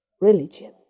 religion